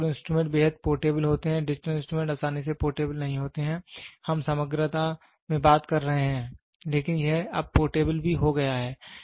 analogue instruments बेहद portable होते हैं डिजिटल इंस्ट्रूमेंट्स आसानी से पोर्टेबल नहीं होते हैं हम समग्रता में बात कर रहे हैं लेकिन यह अब पोर्टेबल भी हो गया है